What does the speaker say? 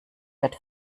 wird